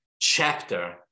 chapter